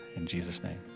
in jesus name,